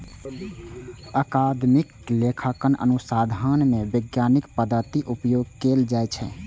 अकादमिक लेखांकन अनुसंधान मे वैज्ञानिक पद्धतिक उपयोग कैल जाइ छै